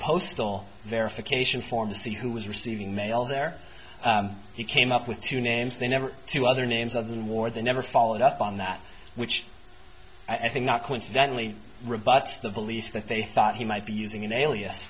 postal verification form to see who was receiving mail there he came up with two names they never two other names of the war the never followed up on that which i think not coincidentally rebuts the police that they thought he might be using an alias